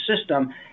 system